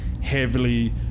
heavily